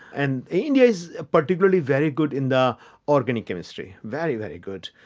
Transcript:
and india is particularly very good in the organic chemistry, very, very good.